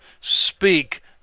speak